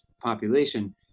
population